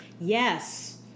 Yes